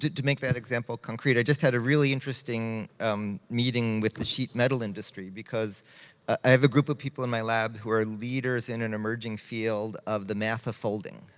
to make that example concrete, i just had a really interesting um meeting with the sheet metal industry, because i have a group of people in my lab who are leaders in an emerging field of the math of folding.